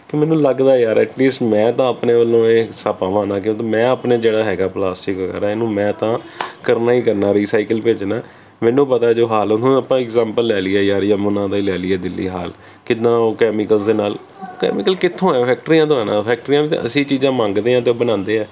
ਕਿ ਮੈਨੂੰ ਲੱਗਦਾ ਯਾਰ ਐਟਲੀਸਟ ਮੈਂ ਤਾਂ ਆਪਣੇ ਵੱਲੋਂ ਇਹ ਹਿੱਸਾ ਪਾਵਾਂ ਨਾ ਕਿਉਂਕਿ ਮੈਂ ਆਪਣੇ ਜਿਹੜਾ ਹੈਗਾ ਪਲਾਸਟਿਕ ਵਗੈਰਾ ਇਹਨੂੰ ਮੈਂ ਤਾਂ ਕਰਨਾ ਹੀ ਕਰਨਾ ਰੀਸਾਈਕਲ ਭੇਜਣਾ ਮੈਨੂੰ ਪਤਾ ਜੋ ਹਾਲ ਹੁਣ ਆਪਾਂ ਇਗਜਾਮਪਲ ਲੈ ਲਈਏ ਯਾਰ ਯਮੁਨਾ ਦਾ ਹੀ ਲੈ ਲਈਏ ਦਿੱਲੀ ਹਾਲ ਕਿੱਦਾਂ ਉਹ ਕੈਮੀਕਲ ਦੇ ਨਾਲ ਕੈਮੀਕਲ ਕਿੱਥੋਂ ਆ ਫੈਕਟਰੀਆਂ ਤੋਂ ਹੈ ਨਾ ਫੈਕਟਰੀਆਂ ਵੀ ਅਸੀਂ ਚੀਜ਼ਾਂ ਮੰਗਦੇ ਹਾਂ ਤਾਂ ਬਣਾਉਂਦੇ ਆ